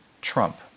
Trump